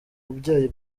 ubyaye